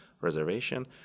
reservation